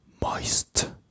moist